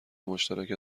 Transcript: مشترک